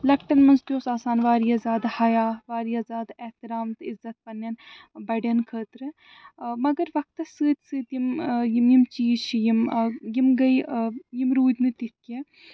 لۄکٹٮ۪ن منٛز تہِ اوس آسان وارِیاہ زیادٕ حیا وارِیاہ زیادٕ احتِرام تہِ عزت پنٛنٮ۪ن بڑٮ۪ن خٲطرٕ مگر وقتس سۭتۍ سۭتۍ یِم یِم یِم چیٖز چھِ یِم یِم گٔے یِم روٗدۍ نہٕ تِتھ کیٚنٛہہ